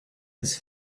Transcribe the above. his